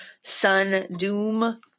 sun-doom